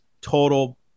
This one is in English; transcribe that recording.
total